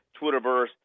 Twitterverse